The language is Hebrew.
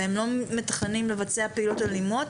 והם לא מתכננים לבצע פעולות אלימות.